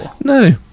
No